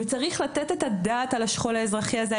וצריך לתת את הדעת על השכול האזרחי הזה.